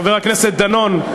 חבר הכנסת דנון,